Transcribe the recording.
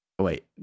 wait